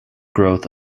growth